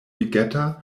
regatta